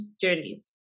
journeys